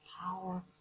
power